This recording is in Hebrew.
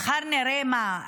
מחר נראה מה,